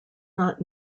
not